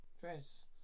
dress